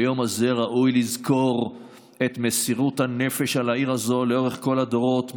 ביום הזה ראוי לזכור את מסירות הנפש על העיר הזאת לאורך כל הדורות,